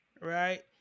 Right